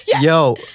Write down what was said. Yo